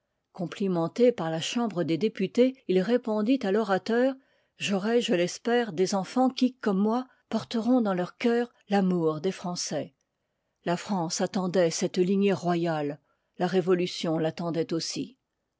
complimenté par la chambre des députés il répondit à l'orateur j'aurai je l'espère des enfans qui comme moi porteront dans leur cœur l'amour des français la france attendoit cette lignée royale la révolution l'attendoit aussi